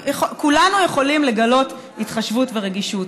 כולנו יכולים לגלות התחשבות ורגישות.